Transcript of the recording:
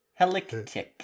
Helictic